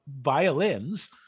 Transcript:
violins